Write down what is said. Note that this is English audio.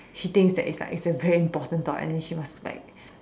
she thinks that it's a very important thought and then she must like